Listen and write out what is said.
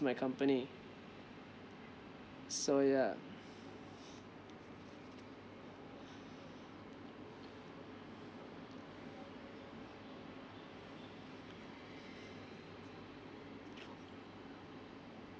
my company so yeah